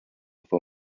for